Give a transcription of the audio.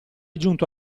giunto